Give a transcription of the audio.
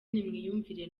nimwiyumvire